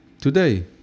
today